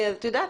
את יודעת,